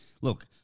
Look